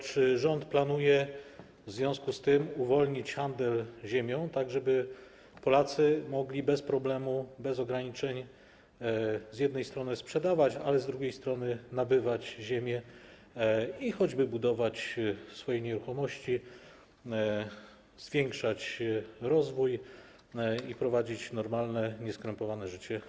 Czy rząd planuje w związku z tym uwolnić handel ziemią, tak żeby Polacy mogli bez problemu, bez ograniczeń z jednej strony sprzedawać, a z drugiej strony nabywać ziemię i choćby budować swoje nieruchomości, zwiększać rozwój i prowadzić normalne, nieskrępowane życie?